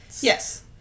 Yes